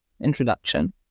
introduction